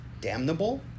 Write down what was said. damnable